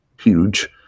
huge